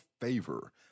Favor